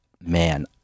man